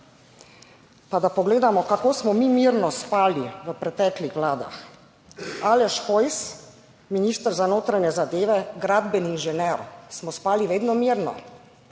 Pa da pogledamo, kako smo mi mirno spali v preteklih vladah. Aleš Hojs, minister za notranje zadeve, gradbeni inženir. Smo spali vedno mirno?